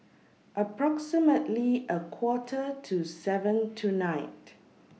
approximately A Quarter to seven tonight